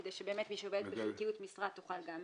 כדי שבאמת מי שעובדת בחלקיות משרה תוכל גם